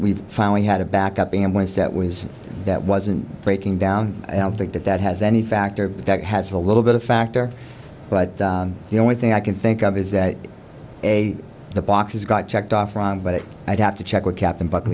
we finally had a backup and once that was that wasn't breaking down i don't think that that has any factor that has a little bit of a factor but the only thing i can think of is that a the boxes got checked off but i'd have to check with captain but